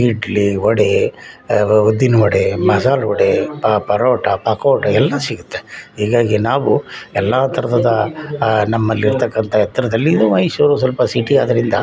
ಇಡ್ಲಿ ವಡೆ ಉದ್ದಿನ ವಡೆ ಮಸಾಲ ವಡೆ ಪರೋಟ ಪಕೋಡ ಎಲ್ಲ ಸಿಗುತ್ತೆ ಇಗಾಗಿ ನಾವು ಎಲ್ಲ ಥರದ ನಮ್ಮಲ್ಲಿ ಇರತಕ್ಕಂಥ ಎತ್ತರದಲ್ಲಿ ಇದು ಮೈಸೂರು ಸ್ವಲ್ಪ ಸಿಟಿಯಾದದ್ರಿಂದ